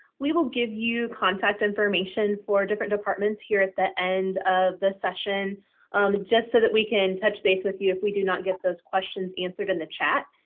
we will give you contact information for different departments here at the end of the session um so that we can touch base with you if we do not get those questions answered in the chat.